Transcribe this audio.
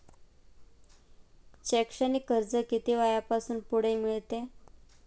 शैक्षणिक कर्ज किती वयापासून पुढे मिळते?